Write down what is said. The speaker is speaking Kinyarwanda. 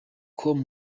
com